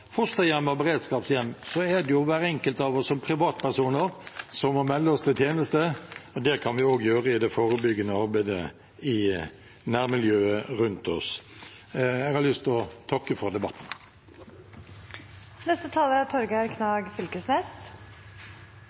jo hver enkelt av oss som privatpersoner som må melde oss til tjeneste, men det kan vi også gjøre i det forebyggende arbeidet i nærmiljøet rundt oss. Jeg har lyst til å takke for debatten. Først nokre kommentarar til innlegget frå saksordførar Harberg. Det ville overraske meg dersom representanten ikkje er